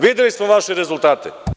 Videli smo vaše rezultate.